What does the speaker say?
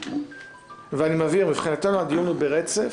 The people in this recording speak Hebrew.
ואני מבהיר, מבחינתנו, הדיון הוא ברצף.